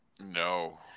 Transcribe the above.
No